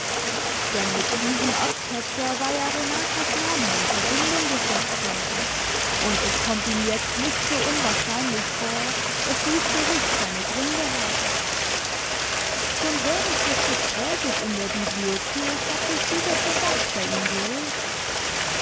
denn mit diesem erzketzer war ja renatas namen in verbindung gesetzt worden und es kommt ihm jetzt nicht so unwahrscheinlich vor daß dies gerücht seine gründe habe schon wahrend des gespräches in der bibliothek hat sich dieser verdacht bei ihm geregt